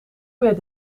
meer